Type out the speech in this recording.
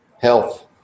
Health